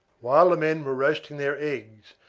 while the men were roasting their eggs,